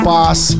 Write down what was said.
Boss